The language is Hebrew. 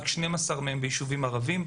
רק 12 מהם בישובים ערביים.